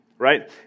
right